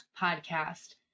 podcast